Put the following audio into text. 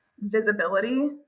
visibility